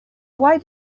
why